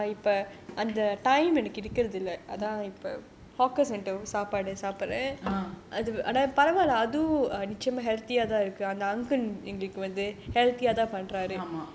uh